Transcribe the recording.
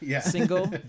single